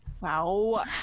Wow